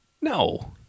No